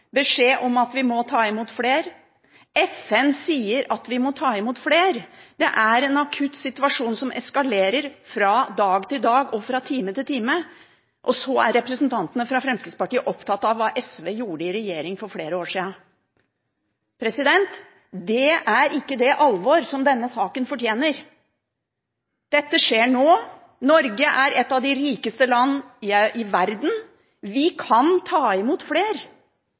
beskjed om at vi må ta imot flere. FN sier at vi må ta imot flere. Det er en akutt situasjon, som eskalerer fra dag til dag og fra time til time – og så er representantene fra Fremskrittspartiet opptatt av hva SV gjorde i regjering for flere år siden. Det er ikke det alvor som denne saken fortjener. Dette skjer nå. Norge er et av de rikeste land i verden, vi kan ta imot flere,